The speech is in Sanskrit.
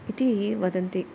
इति वदन्ति